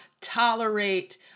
tolerate